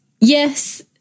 yes